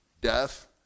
death